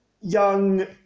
young